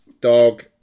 Dog